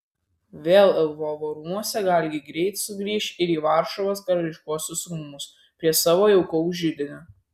vėl lvovo rūmuose galgi greit sugrįš ir į varšuvos karališkuosius rūmus prie savo jaukaus židinio